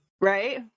right